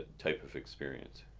type of experience.